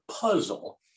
puzzle